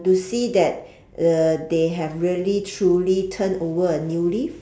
you see that uh they have really truly turn over a new leaf